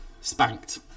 Spanked